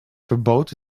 verbood